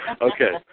Okay